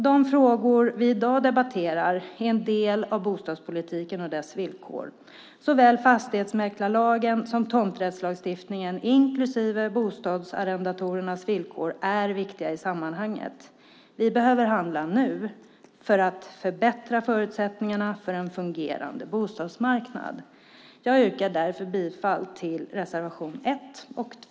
De frågor vi i dag debatterar är en del av bostadspolitiken och dess villkor. Såväl fastighetsmäklarlagen som tomträttslagstiftningen inklusive bostadsarrendatorernas villkor är viktiga i sammanhanget. Vi behöver handla nu för att förbättra förutsättningarna för en fungerande bostadsmarknad. Jag yrkar därför bifall till reservationerna 1 och 2.